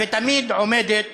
ותמיד עומדת